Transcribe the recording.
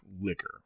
liquor